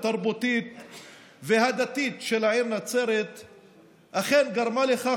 התרבותית והדתית של העיר נצרת אכן גרמה לכך